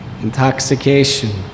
intoxication